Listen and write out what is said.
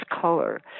color